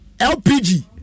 LPG